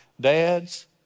Dads